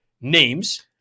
names